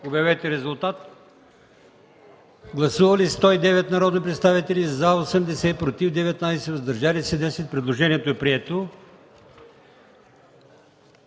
Моля, гласувайте. Гласували 109 народни представители: за 80, против 19, въздържали се 10. Предложението е прието.